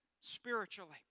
spiritually